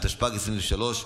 התשפ"ג 2023,